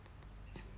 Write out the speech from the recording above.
mmhmm